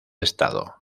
estado